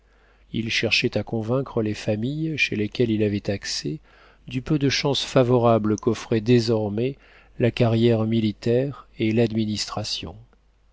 il cherchait à convaincre les familles chez lesquelles il avait accès du peu de chances favorables qu'offraient désormais la carrière militaire et l'administration